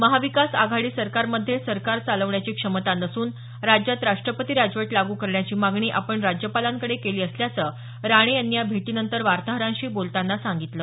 महाविकास आघाडी सरकारमध्ये सरकार चालवण्याची क्षमता नसून राज्यात राष्ट्रपती राजवट लागू करण्याची मागणी आपण राज्यापालांकडे केली असल्याचं राणे यांनी या भेटीनंतर वार्ताहरांशी बोलतांना सांगितलं